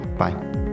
Bye